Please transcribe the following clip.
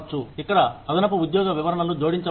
ఇక్కడ అదనపు ఉద్యోగ వివరణలు జోడించబడ్డాయి